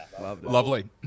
Lovely